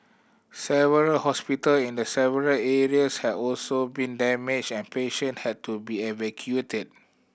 several hospital in the several areas have also been damaged and patient had to be evacuated